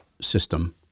system